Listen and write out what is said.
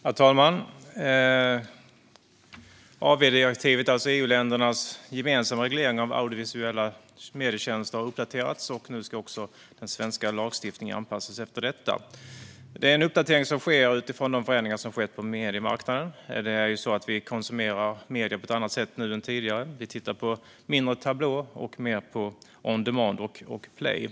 Herr talman! AV-direktivet, EU-ländernas gemensamma reglering av audiovisuella medietjänster, har uppdaterats, och nu ska också den svenska lagstiftningen anpassas efter detta. Det är en uppdatering som sker utifrån de förändringar som skett på mediemarknaden. Vi konsumerar ju medier på ett annat sätt nu än tidigare. Vi tittar mindre på tablå och mer på on demand och play.